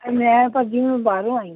ਮੈਂ ਭਾਅ ਜੀ ਮੈਂ ਬਾਹਰੋਂ ਆਈ ਹਾਂ